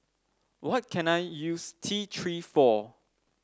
what can I use T Three for